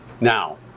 Now